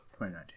2019